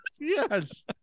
yes